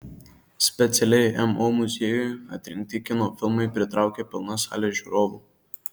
specialiai mo muziejui atrinkti kino filmai pritraukia pilnas sales žiūrovų